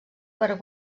per